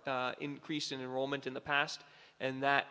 our increase in the role meant in the past and that